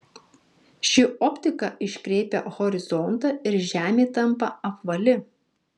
ši optika iškreipia horizontą ir žemė tampa apvali